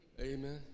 Amen